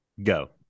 Go